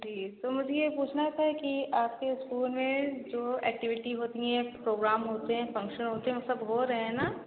जी तो मुझे यह पूछना था कि आपके इस्कूल में जो ऐक्टिविटी होती हैं प्रोग्राम होते हैं फ़ंक्शन होते हैं वह सब हो रहे हैं ना